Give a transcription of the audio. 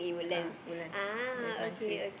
uh Woodlands with my sis